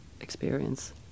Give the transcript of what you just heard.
experience